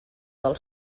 del